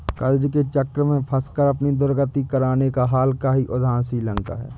कर्ज के चक्र में फंसकर अपनी दुर्गति कराने का हाल का ही उदाहरण श्रीलंका है